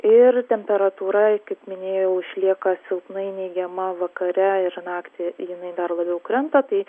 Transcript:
ir temperatūra kaip minėjau išlieka silpnai neigiama vakare ir naktį jinai dar labiau krenta tai